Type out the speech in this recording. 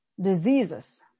diseases